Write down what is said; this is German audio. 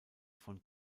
von